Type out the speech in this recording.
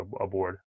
aboard